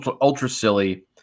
ultra-silly